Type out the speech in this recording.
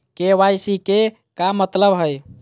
KYC के का मतलब हई?